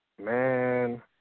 man